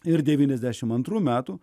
ir devyniasdešimt antrų metų